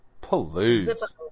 Police